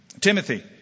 Timothy